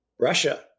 Russia